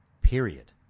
Period